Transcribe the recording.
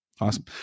Awesome